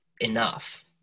enough